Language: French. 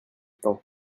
temps